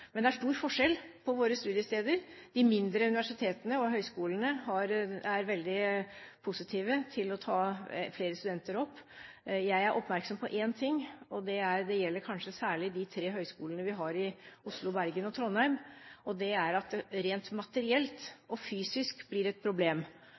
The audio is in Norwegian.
Men det er stor forskjell på våre studiesteder. De mindre universitetene og høyskolene er veldig positive til å ta opp flere studenter. Jeg er oppmerksom på én ting, og det gjelder kanskje særlig de tre høyskolene vi har i Oslo, Bergen og Trondheim, og det er at det rent materielt